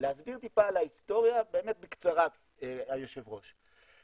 להסביר טיפה על ההיסטוריה, באמת בקצרה, היושב ראש.